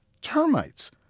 termites